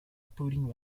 pudding